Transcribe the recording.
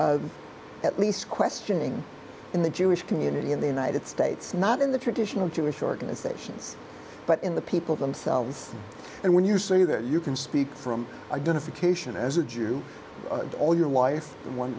at least questioning in the jewish community in the united states not in the traditional jewish organizations but in the people themselves and when you say that you can speak from identification as a jew all your life